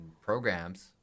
programs